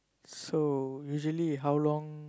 so usually how long